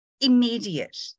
immediate